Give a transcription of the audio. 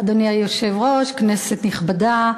אדוני היושב-ראש, כנסת נכבדה,